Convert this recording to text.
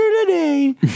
today